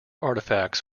artifacts